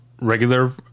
regular